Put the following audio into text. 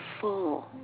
full